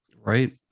Right